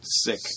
sick